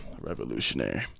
Revolutionary